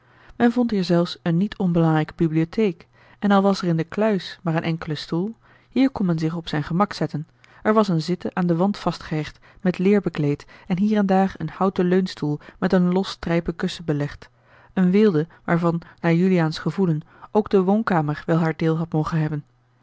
men vond hier zelfs eene niet onbelangrijke bibliotheek en al was er in de kluis maar een enkele stoel hier kon men zich op zijn gemak zetten a l g bosboom-toussaint de delftsche wonderdokter eel er was eene zitte aan den wand vastgehecht met leêr bekleed en hier en daar een houten leunstoel met een los trijpen kussen belegd eene weelde waarvan naar juliaans gevoelen ook de woonkamer wel haar deel had mogen hebben